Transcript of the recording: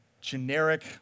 generic